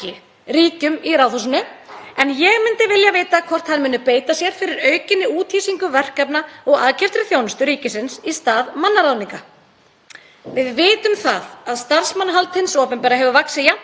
Við vitum að starfsmannahald hins opinbera hefur vaxið jafnt og þétt og fjölgun opinberra starfa hefur verið mikil. Samkvæmt tölum Hagstofunnar voru launþegar hjá hinu opinbera þriðjungur af heildarfjölda launafólks í landinu á síðasta ári.